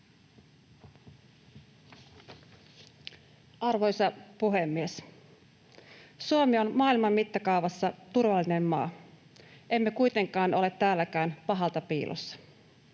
Arvoisa puhemies! Suomi on maailman mittakaavassa turvallinen maa. Emme kuitenkaan ole täälläkään pahalta piilossa.